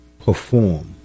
perform